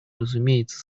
разумеется